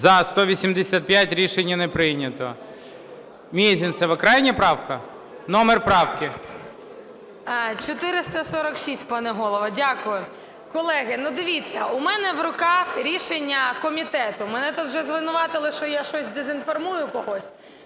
За-185 Рішення не прийнято. Мезенцева. Крайня правка? Номер правки? 12:40:40 МЕЗЕНЦЕВА М.С. 446, пане Голово. Дякую. Колеги, дивіться, у мене в руках рішення комітету, мене тут вже звинуватили, що я щось дезінформую когось.